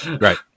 right